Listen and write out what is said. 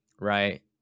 Right